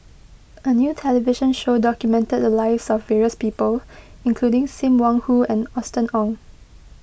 a new television show documented the lives of various people including Sim Wong Hoo and Austen Ong